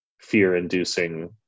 fear-inducing